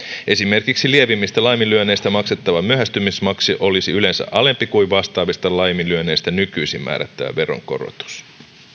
esimerkiksi lievimmistä laiminlyönneistä maksettava myöhästymismaksu olisi yleensä alempi kuin vastaavista laiminlyönneistä nykyisin määrättävä veronkorotus